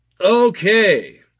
Okay